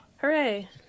Hooray